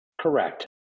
Correct